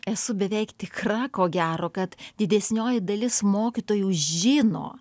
esu beveik tikra ko gero kad didesnioji dalis mokytojų žino